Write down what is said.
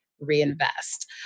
reinvest